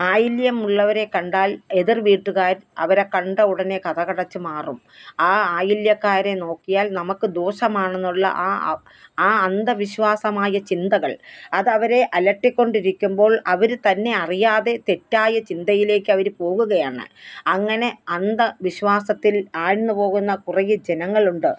ആയില്യമുള്ളവരെ കണ്ടാല് എതിര് വീട്ടുകാർ അവരെ കണ്ട ഉടനെ കതകടച്ച് മാറും ആ ആയില്യക്കാരെ നോക്കിയാല് നമുക്ക് ദോഷമാണെന്നുള്ള ആ ആ അന്ധവിശ്വാസമായ ചിന്തകള് അത് അവരെ അലട്ടിക്കൊണ്ടിരിക്കുമ്പോള് അവർ തന്നെ അറിയാതെ തെറ്റായ ചിന്തയിലേക്ക് അവർ പോകുകയാണ് അങ്ങനെ അന്ധ വിശ്വാസത്തില് ആഴ്ന്നുപോകുന്ന കുറേ ജനങ്ങളുണ്ട്